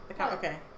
Okay